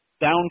down